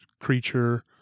creature